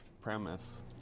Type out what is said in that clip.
premise